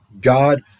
God